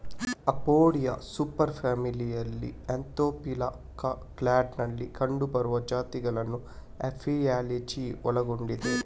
Apoidea super ಫ್ಯಾಮಿಲಿಯಲ್ಲಿ Anthophila ಕ್ಲಾಡಿನಲ್ಲಿ ಕಂಡುಬರುವ ಜಾತಿಗಳನ್ನು ಅಪಿಯಾಲಜಿ ಒಳಗೊಂಡಿದೆ